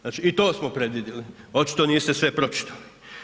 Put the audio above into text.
Znači i to smo predvidjeli, očito niste sve pročitali.